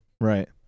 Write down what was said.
Right